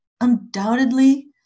undoubtedly